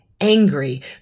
angry